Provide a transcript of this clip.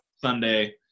sunday